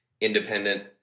independent